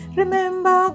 remember